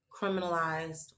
criminalized